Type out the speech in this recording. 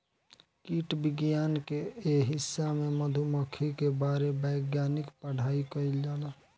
कीट विज्ञान के ए हिस्सा में मधुमक्खी के बारे वैज्ञानिक पढ़ाई कईल जाला